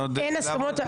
הסכמות.